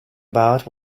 about